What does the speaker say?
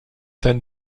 then